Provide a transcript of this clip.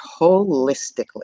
holistically